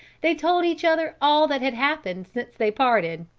they told each other all that had happened since they parted.